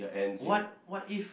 what what if